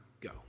go